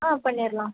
ஆ பண்ணிடலாம்